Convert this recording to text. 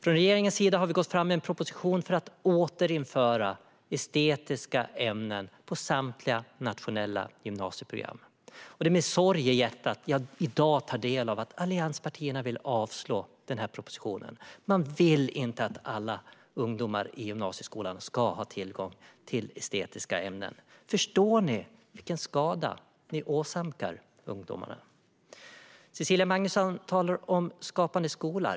Regeringen har gått fram med en proposition för att återinföra estetiska ämnen på samtliga nationella gymnasieprogram. Och det är med sorg i hjärtat som jag i dag tar del av att allianspartierna vill avslå propositionen. Man vill inte att alla ungdomar i gymnasieskolan ska ha tillgång till estetiska ämnen. Förstår ni vilken skada ni åsamkar ungdomarna? Cecilia Magnusson talar om Skapande skola.